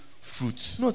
fruit